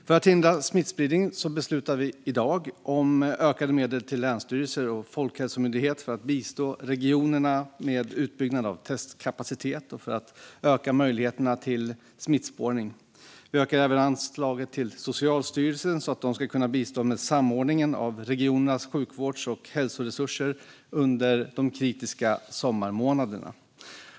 För att hindra smittspridningen beslutar vi i dag om ökade medel till länsstyrelser och Folkhälsomyndigheten för att bistå regionerna med utbyggnad av testkapacitet och öka möjligheterna till smittspårning. Vi ökar även anslaget till Socialstyrelsen så att de ska kunna bistå i samordningen av regionernas sjukvårds och hälsoresurser under de kritiska sommarmånaderna.